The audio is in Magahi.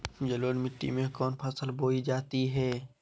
जलोढ़ मिट्टी में कौन फसल बोई जाती हैं?